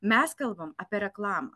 mes kalbam apie reklamą